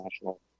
national